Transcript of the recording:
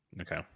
Okay